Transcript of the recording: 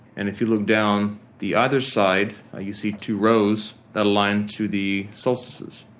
and if you look down the other side you see two rows that align to the solstices.